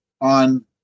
on